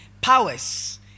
powers